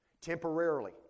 temporarily